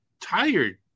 tired